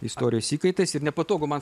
istorijos įkaitais ir nepatogu man